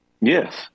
Yes